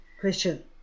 Question